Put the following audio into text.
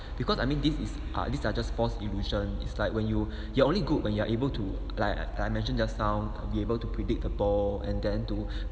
because I mean this is ah these are just false illusion it's like when you you are only good when you are able to like I mentioned just now be able to predict the ball and then to